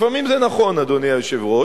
לפעמים זה נכון, אדוני היושב-ראש.